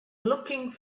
looking